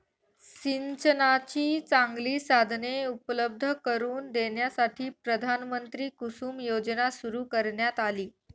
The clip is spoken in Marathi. सिंचनाची चांगली साधने उपलब्ध करून देण्यासाठी प्रधानमंत्री कुसुम योजना सुरू करण्यात आली